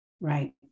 right